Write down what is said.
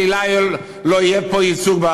שלה לא יהיה ייצוג פה,